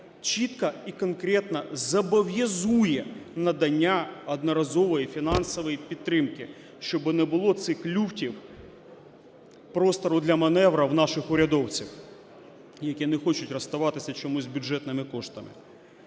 чітко і конкретно зобов'язує надання одноразової фінансової підтримки. Щоб не було цих люфтів, простору для маневру у наших урядовців, які не хочуть розставитися чомусь з бюджетними коштами.